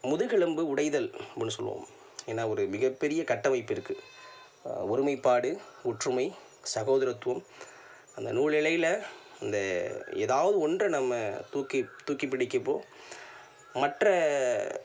முதுகெலும்பு உடைதல் முன்னே சொல்வோம் ஏன்னால் ஒரு மிகப்பெரிய கட்டமைப்பு இருக்குது ஒருமைப்பாடு ஒற்றுமை சகோதரத்தூண் அந்த நூலிழையில் இந்த எதாவது ஒன்றை நம்ம தூக்கி தூக்கி பிடிக்கிப்போது மற்ற